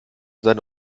seine